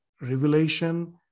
revelation